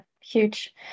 huge